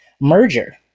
merger